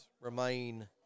remain